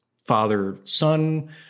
father-son